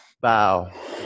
bow